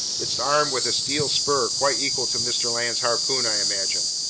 it's armed with a steel spur quite equal to mr. land's harpoon, i imagine.